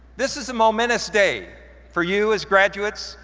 this is a momentous day for you as graduates,